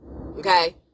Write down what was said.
Okay